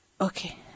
Okay